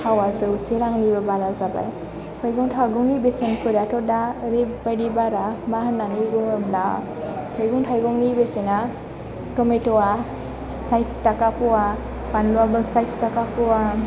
थावा जौसे रांनिबो बारा जाबाय मैगं थाइगंनि बेसेनफोराथ' दा ओरैबायदि बारा मा होन्नानै बुङोब्ला मैगं थाइगंनि बेसेना टमेट' आ साइथ थाखा प'वा बानलुआबो साइथ थाखा प'वा